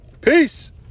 Peace